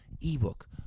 ebook